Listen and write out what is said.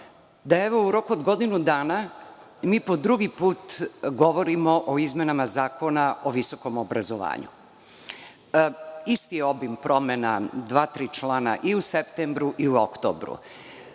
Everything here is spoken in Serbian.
da evo u roku od godinu dana po drugi put govorimo o izmenama Zakona o visokom obrazovanju. Isti obim promena, dva, tri člana i u septembru i u oktobru.Zašto